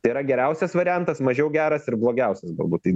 tai yra geriausias variantas mažiau geras ir blogiausias galbūt tai